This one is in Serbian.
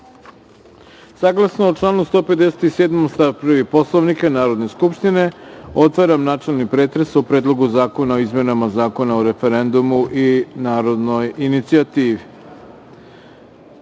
ih. Saglasno članu 157. stav 1. Poslovnika Narodne skupštine, otvaram načelni pretres o Predlogu zakona o izmenama Zakona o referendumu i narodnoj inicijativi. Da